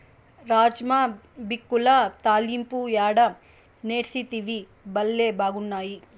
రాజ్మా బిక్యుల తాలింపు యాడ నేర్సితివి, బళ్లే బాగున్నాయి